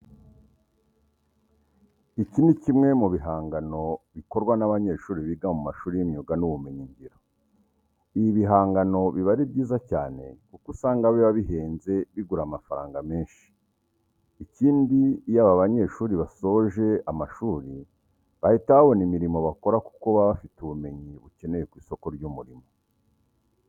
Iki ni kimwe mu bihangano bikorwa n'abanyeshuri biga mu mashuri y'imyuga n'ubumenyingiro. Ibi bigangano biba ari byiza cyane kuko usanga biba bihenze bigura amafaranga menshi. Ikindi iyo aba banyeshuri basoje amashuri bahita babona imirimo bakora kuko baba bafite ubumenyi bukenewe ku isoko ry'umurimo.